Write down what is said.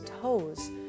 toes